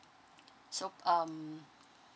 so um